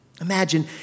Imagine